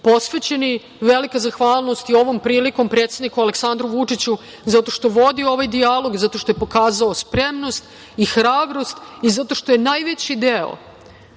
posvećeni. Velika zahvalnost i ovom prilikom predsedniku Aleksandru Vučiću zato što vodi ovaj dijalog, zato što je pokazao spremnost i hrabrost i zato što je najveći deo